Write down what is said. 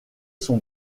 sont